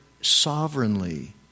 sovereignly